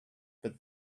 but